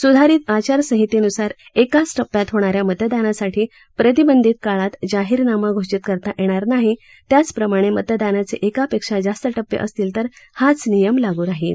स्धारित आचारसंहितेन्सार एकाच टप्प्यात होणाऱ्या मतदानासाठी प्रतिबंधित काळात जाहीरनामा घोषित करता येणार नाही त्याचप्रमाणे मतदानाचे एका पेक्षा जास्त टप्पे असतील तर हाच नियम लागू राहील